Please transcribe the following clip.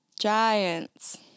Giants